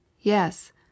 yes